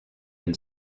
been